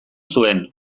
zuen